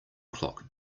clock